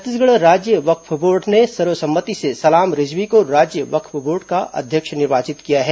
छत्तीसगढ़ राज्य वक्फ बोर्ड ने सर्व सम्मति से सलाम रिजवी को राज्य वक्फ बोर्ड का अध्यक्ष निर्वाचित किया है